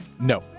No